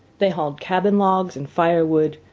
they hauled cabin logs and firewood,